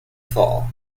fall